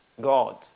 God